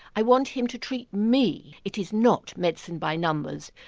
i want him to treat me, it is not medicine by numbers.